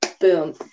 Boom